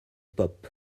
pop